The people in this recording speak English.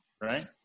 right